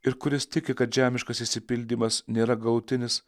ir kuris tiki kad žemiškas išsipildymas nėra galutinis